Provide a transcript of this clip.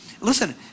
Listen